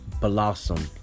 blossom